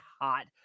hot